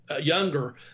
younger